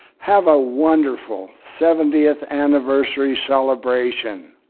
have a wonderful seventieth anniversary celebration.